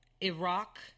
Iraq